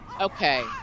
Okay